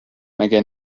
مگه